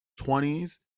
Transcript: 20s